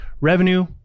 revenue